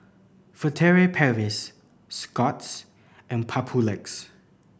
Furtere Paris Scott's and Papulex